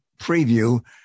preview